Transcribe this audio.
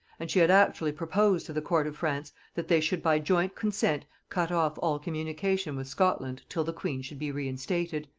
and she had actually proposed to the court of france that they should by joint consent cut off all communication with scotland till the queen should be reinstated.